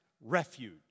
Refuge